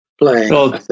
playing